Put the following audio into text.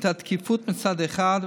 התקיפות מצד אחד,